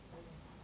oh